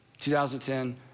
2010